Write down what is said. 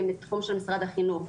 הם בתחום של משרד החינוך.